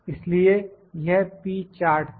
इसलिए यह p chart था